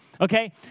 okay